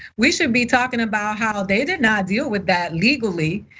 we shouldn't be talking about how they did not deal with that legally.